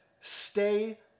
stay